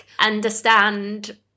understand